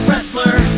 Wrestler